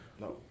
No